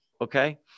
Okay